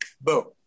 boom